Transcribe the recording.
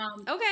okay